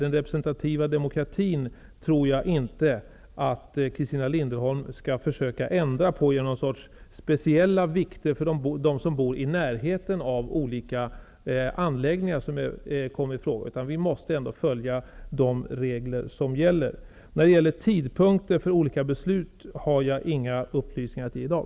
Jag tror inte att Christina Linderholm skall försöka ändra på den representativa demokratin genom att låta dem som bor i närheten av olika anläggningar som kommer i fråga tillmätas särskild vikt, utan vi måste följa de regler som gäller. När det gäller tidpunkten för olika beslut har jag inga upplysningar att ge i dag.